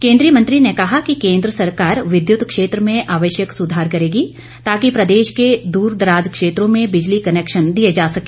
केंद्रीय मंत्री ने कहा कि केंद्र सरकार विद्युत क्षेत्र में आवश्यक सुधार करेगी ताकि प्रदेश के द्रदराज क्षेत्रों में बिजली कनैक्शन दिए जा सके